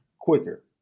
Quicker